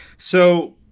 so,